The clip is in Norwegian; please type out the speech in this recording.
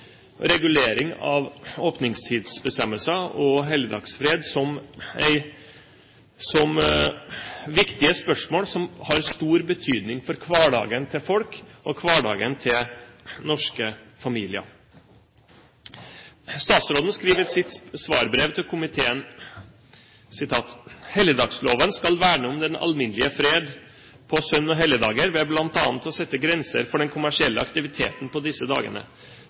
regulering av åpningstidsbestemmelsene og helligdagsfred som viktige spørsmål som har stor betydning for hverdagen til folk, og hverdagen til norske familier. Statsråden skriver i sitt svarbrev til komiteen: «Helligdagsloven skal verne om den alminnelige fred på søn- og helligdager ved blant annet å sette grenser for den kommersielle aktiviteten på disse dagene.